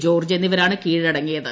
George എന്നിവരാണ് കീഴടങ്ങിയത്